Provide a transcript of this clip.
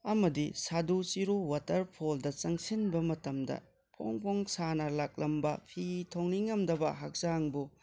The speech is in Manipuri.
ꯑꯃꯗꯤ ꯁꯥꯗꯨ ꯆꯤꯔꯨ ꯋꯥꯇꯔ ꯐꯣꯜꯗ ꯆꯪꯁꯤꯟꯕ ꯃꯇꯝꯗ ꯐꯣꯡ ꯐꯣꯡ ꯁꯥꯅ ꯂꯥꯛꯂꯝꯕ ꯐꯤ ꯊꯣꯡꯅꯤꯡꯉꯝꯗꯕ ꯍꯛꯆꯥꯡꯕꯨ